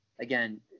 Again